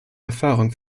erfahrung